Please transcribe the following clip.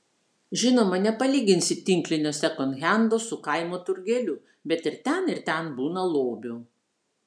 žinoma nepalyginsi tinklinio sekondhendo su kaimo turgeliu bet ir ten ir ten būna lobių